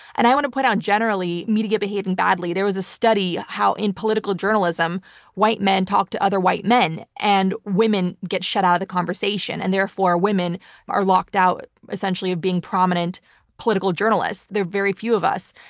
and i want to point out generally media behaving badly. there was a study how in political journalism white men talked to other white men and women get shut out of the conversation, and therefore women are locked out essentially of being prominent political journalists. there are very few of us.